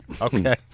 okay